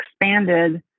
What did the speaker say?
expanded